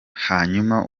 hanyuma